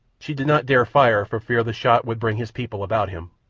she did not dare fire for fear the shot would bring his people about him,